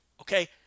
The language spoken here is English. Okay